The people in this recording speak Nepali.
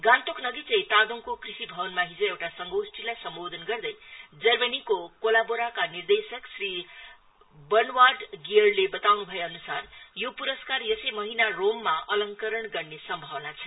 गान्तोक नगीचै तादोङको कृषि भवनमा हिज एउटा संगोष्ठीलाई सम्बोधन गर्दै जर्मनीको कोलाबोराका निर्वशक श्री ब्रेनवार्ड गियरले बताउन् भए अन्सार यो पुरस्कार यसै महिना रोममा अलंकरण गर्ने सम्भावना छ